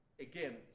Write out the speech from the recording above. again